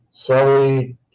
Sorry